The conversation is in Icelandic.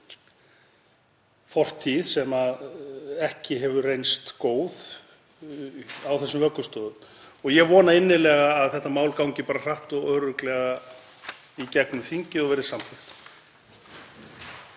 fortíð sem ekki hefur reynst góð á þessum vöggustofum. Ég vona innilega að þetta mál gangi hratt og örugglega í gegnum þingið og verði samþykkt.